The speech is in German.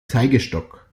zeigestock